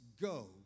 go